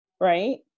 right